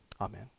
Amen